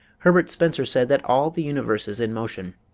herbert spencer said that all the universe is in motion.